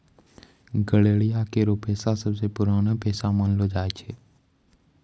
गड़ेरिया केरो पेशा सबसें पुरानो पेशा मानलो जाय छै